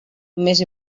més